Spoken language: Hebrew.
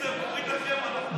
סעיף 1 לא נתקבלה.